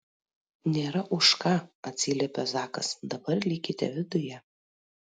nėra už ką atsiliepė zakas dabar likite viduje